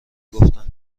گفتن